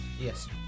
Yes